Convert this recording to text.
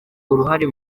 uruhare